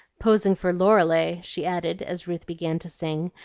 posing for lorelei, she added, as ruth began to sing,